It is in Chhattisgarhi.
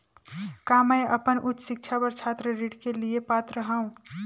का मैं अपन उच्च शिक्षा बर छात्र ऋण के लिए पात्र हंव?